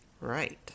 Right